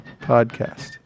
podcast